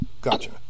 Gotcha